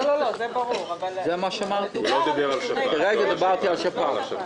כרגע דיברתי על שפעת.